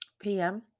PM